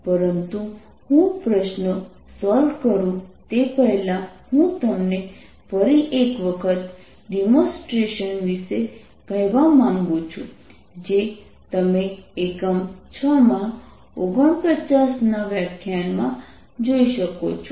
પરંતુ હું પ્રશ્નો સોલ્વ કરું તે પહેલાં હું તમને ફરી એક વખત ડેમોન્સ્ટ્રેશન વિશે કહેવા માંગુ છું જે તમે એકમ 6 માં 49 ના વ્યાખ્યાનમાં જોઈ શકો છો